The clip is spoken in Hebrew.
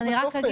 הופיעו בטופס.